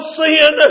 sin